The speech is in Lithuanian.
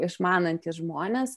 išmanantys žmonės